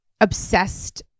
obsessed